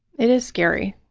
it is scary.